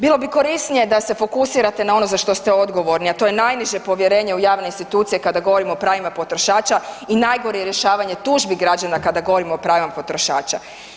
Bilo bi korisnije da se fokusirate na ono za što ste odgovorni, a to je najniže povjerenje u javne institucije kada govorimo o pravima potrošača i najgore rješavanje tužbi građana kada govorimo o pravima potrošača.